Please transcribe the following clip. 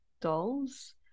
dolls